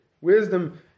Wisdom